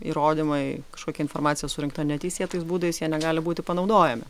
įrodymai kažkokia informacija surinkta neteisėtais būdais jie negali būti panaudojami